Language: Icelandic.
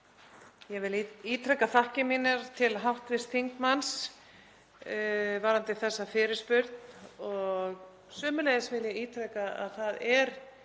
Ég vil ítreka þakkir mínar til hv. þingmanns varðandi þessa fyrirspurn. Sömuleiðis vil ég ítreka að það er